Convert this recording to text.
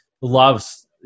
loves